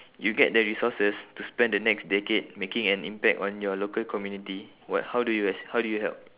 you get the resources to spend the next decade making an impact on your local community what how do you how do you help